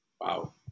Wow